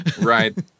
right